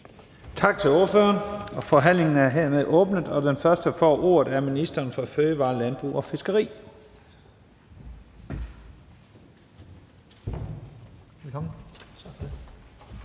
Tak til ordføreren. Forhandlingen er hermed åbnet, og den første, der får ordet, er ministeren for fødevarer, landbrug og fiskeri.